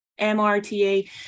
MRTA